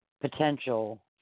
potential